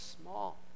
small